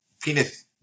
penis